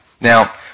Now